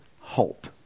halt